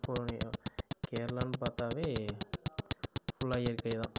கேரளான்னு பார்த்தாவே ஃபுல்லாக இயற்கை தான்